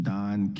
Don